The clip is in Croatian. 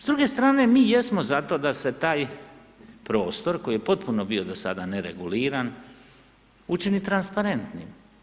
S druge strane, mi jesmo zato da se taj prostor koji je potpuno bio do sada nereguliran, učini transparentnim.